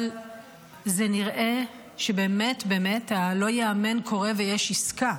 אבל נראה שבאמת, באמת הלא-יאומן קורה ויש עסקה.